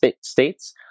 States